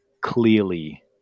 clearly